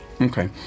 Okay